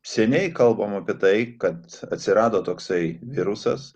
seniai kalbama apie tai kad atsirado toksai virusas